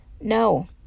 No